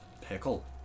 pickle